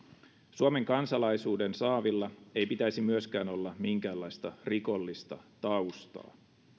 suomen kansalaisuuden saavilla ei pitäisi myöskään olla minkäänlaista rikollista taustaa